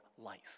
life